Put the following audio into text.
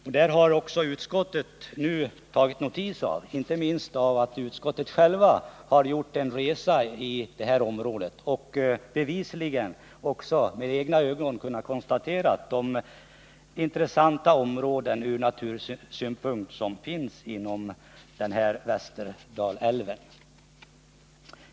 Detta har utskottet också tagit notis om, inte minst sedan utskottsledamöterna har gjort en resa och med egna ögon kunnat konstatera vilka intressanta områden ur natursynpunkt som finns vid Västerdalälven.